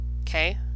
okay